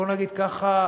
בוא נגיד ככה,